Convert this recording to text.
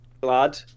glad